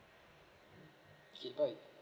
okay bye